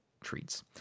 treats